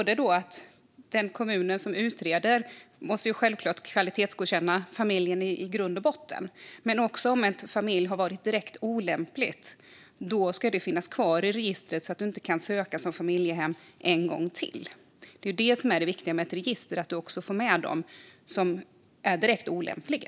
Den kommun som utreder måste självklart kvalitetsgodkänna familjen i grund och botten. Men också en familj som har varit direkt olämplig ska finnas kvar i registret så att man inte kan söka som familjehem en gång till. Det är det som är det viktiga med ett register: att också få med dem som är direkt olämpliga.